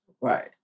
Right